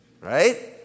right